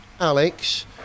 Alex